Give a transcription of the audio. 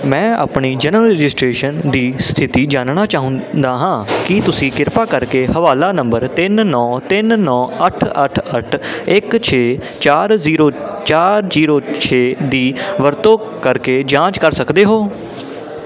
ਮੈਂ ਆਪਣੀ ਜਨਮ ਰਜਿਸਟ੍ਰੇਸ਼ਨ ਦੀ ਸਥਿਤੀ ਜਾਨਣਾ ਚਾਹੁੰਦਾ ਹਾਂ ਕੀ ਤੁਸੀਂ ਕਿਰਪਾ ਕਰਕੇ ਹਵਾਲਾ ਨੰਬਰ ਤਿੰਨ ਨੌਂ ਤਿੰਨ ਨੌਂ ਅੱਠ ਅੱਠ ਅੱਠ ਇੱਕ ਛੇ ਚਾਰ ਜ਼ੀਰੋ ਚਾਰ ਜੀਰੋ ਛੇ ਦੀ ਵਰਤੋਂ ਕਰਕੇ ਜਾਂਚ ਕਰ ਸਕਦੇ ਹੋ